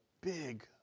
big